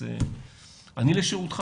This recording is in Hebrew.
אני לשירותך